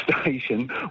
Station